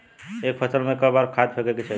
एक फसल में क बार खाद फेके के चाही?